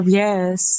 yes